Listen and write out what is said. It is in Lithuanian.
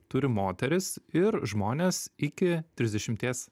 turi moteris ir žmonės iki trisdešimties